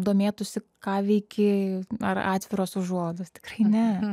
domėtųsi ką veiki ar atviros užuolaidos tikrai ne